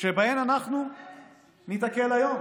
שבהן אנחנו ניתקל היום.